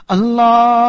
Allah